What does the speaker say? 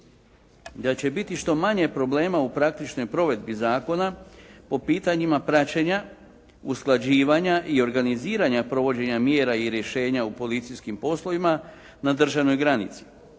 da će biti što manje problema u praktičnoj provedbi zakona, po pitanjima praćenja, usklađivanja i organiziranja provođenja mjera i rješenja u policijskim poslovima na državnoj granici,